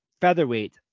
featherweight